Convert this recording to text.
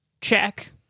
check